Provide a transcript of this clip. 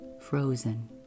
frozen